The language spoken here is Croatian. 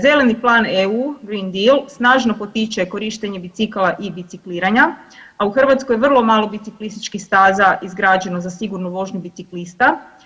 Zeleni plan EU, Green deal, snažno potiče korištenje bicikala i bicikliranja, a u Hrvatskoj vrlo malo biciklističkih staza izgrađeno za sigurnu vožnju biciklista.